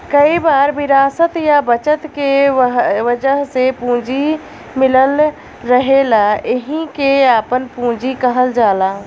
कई बार विरासत या बचत के वजह से पूंजी मिलल रहेला एहिके आपन पूंजी कहल जाला